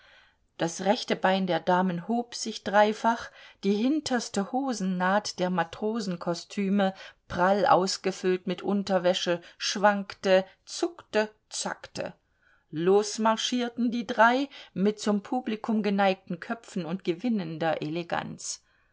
das rechte bein der damen hob sich dreifach die hinterste hosennaht der matrosenkostüme prall ausgefüllt mit unterwäsche schwankte zuckte zackte losmarchierten die drei mit zum publikum geneigten köpfen und gewinnender eleganz